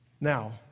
Now